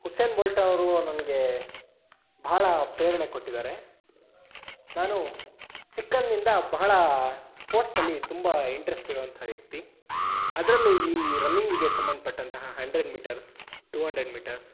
Hussain Bolt ಅವರು ನನಗೆ ಬಹಳ ಪ್ರೇರಣೆ ಕೊಟ್ಟಿದ್ದಾರೆ ನಾನು ಚಿಕ್ಕಂದಿನಿಂದ ಬಹಳ ಸ್ಪೋರ್ಟ್ಸಲ್ಲಿ ತುಂಬ ಇಂಟ್ರೆಸ್ಟ್ ಇರುವಂತಹ ವ್ಯಕ್ತಿ ಅದರಲ್ಲೂ ಈ ರನ್ನಿಂಗಿಗೆ ಸಂಬಂಧಪಟ್ಟಂತಹ hundred meters two hundred metres